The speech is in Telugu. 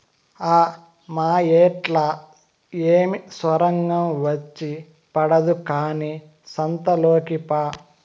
ఆ మాయేట్లా ఏమి సొరంగం వచ్చి పడదు కానీ సంతలోకి పా